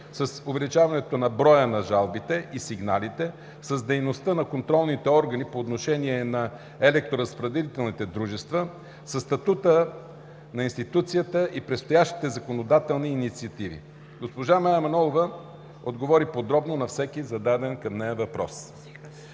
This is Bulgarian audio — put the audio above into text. с увеличаването на броя на жалбите и сигналите, с дейността на контролните органи по отношение на електроразпределителните дружества, със статута на институцията и предстоящите законодателни инициативи. Госпожа Мая Манолова отговори подробно на всеки зададен към нея въпрос.